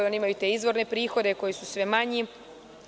One imaju te izvorne prihode koji su sve manji.